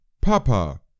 Papa